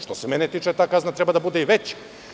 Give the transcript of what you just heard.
Što se mene tiče, ta kazna treba da bude veća.